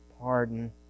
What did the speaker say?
pardon